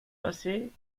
passées